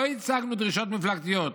לא הצגנו דרישות מפלגתיות,